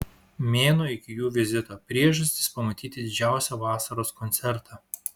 mėnuo iki jų vizito priežastys pamatyti didžiausią vasaros koncertą